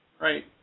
Right